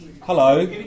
Hello